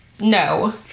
No